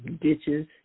ditches